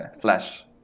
flash